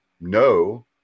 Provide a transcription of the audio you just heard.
No